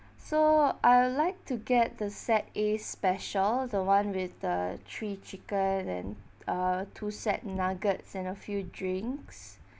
so I'll like to get the set A special the one with the three chicken and uh two set nuggets and a few drinks